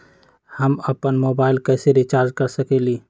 हम अपन मोबाइल कैसे रिचार्ज कर सकेली?